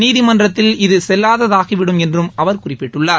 நீதிமன்றத்தில் இது செல்லாததாகிவிடும் என்றும் அவர் குறிப்பிட்டுள்ளார்